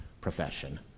profession